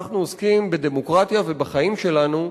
אנחנו עוסקים בדמוקרטיה ובחיים שלנו,